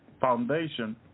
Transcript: foundation